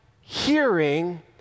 hearing